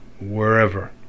wherever